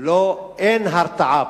אין הרתעה.